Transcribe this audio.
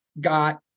got